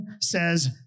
says